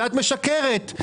ואת משקרת,